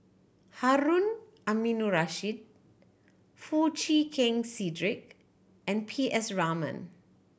Harun Aminurrashid Foo Chee Keng Cedric and P S Raman